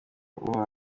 umuba